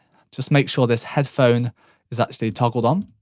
just make sure this headphone is actually toggled on.